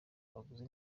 abaguzi